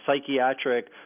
psychiatric